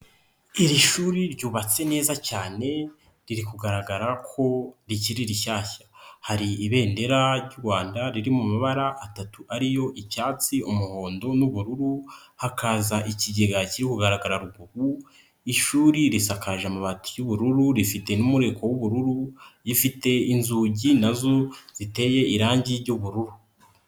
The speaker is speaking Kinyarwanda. Iiri shuri ryubatse neza cyane riri kugaragara ko rikiri rishyashya. Hari ibendera ry'u Rwanda riri mu mabara atatu ari yo icyatsi, umuhondo n'ubururu hakaza ikigega kiri kugaragara ruguru, ishuri risakaje amabati y'ubururu rifite n'umureko w'ubururu rifite inzugi na zo ziteye irangi ry'ubururu.